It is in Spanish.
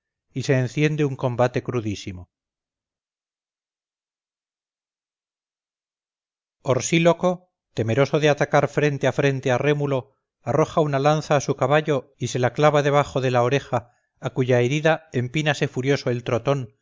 y se enciende un combate crudísimo orsíloco temeroso de atacar frente a frente a rémulo arroja una lanza a su caballo y se la clava debajo de la oreja a cuya herida empínase furioso el trotón